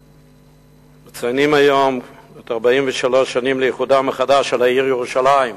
אנו מציינים היום מלאות 43 שנים לאיחודה מחדש של העיר ירושלים.